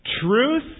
truth